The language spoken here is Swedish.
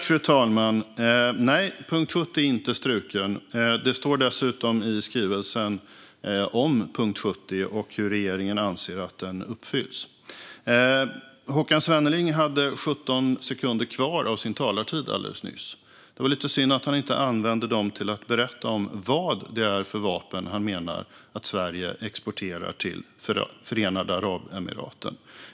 Fru talman! Nej, punkt 70 är inte struken. Det står dessutom i skrivelsen om punkt 70 och hur regeringen anser att den uppfylls. Håkan Svenneling hade 17 sekunder kvar av sin talartid alldeles nyss. Det var lite synd att han inte använde dem till att berätta vad det är för vapen han menar att Sverige exporterar till Förenade Arabemiraten.